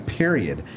period